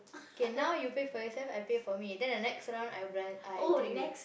K now you pay yourself I pay for me then the next round I belan~ I treat you